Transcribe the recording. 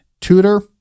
Tutor